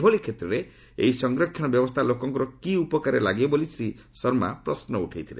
ଏଭଳି କ୍ଷେତ୍ରରେ ଏହି ସଂରକ୍ଷଣ ବ୍ୟବସ୍ଥା ଲୋକଙ୍କର କି ଉପକାରରେ ଲାଗିବ ବୋଲି ଶ୍ରୀ ଶର୍ମା ପ୍ରଶ୍ନ ଉଠାଇଥିଲେ